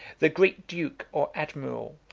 the great duke, or admiral,